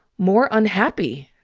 more unhappy.